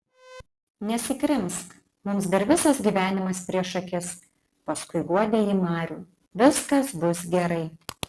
nesikrimsk mums dar visas gyvenimas prieš akis paskui guodė ji marių viskas bus gerai